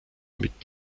mit